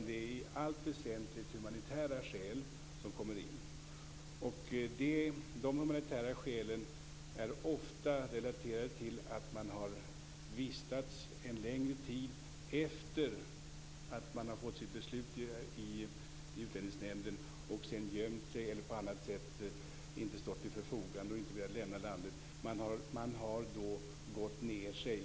Det är i allt väsentligt humanitära skäl som kommer in. De humanitära skälen är ofta relaterade till att man under en längre tid efter det att man har fått sitt beslut i Utlänningsnämnden inte har velat lämna landet utan har gömt sig eller på annat sätt inte stått till förfogande. Man har då gått ned sig.